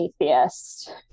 atheist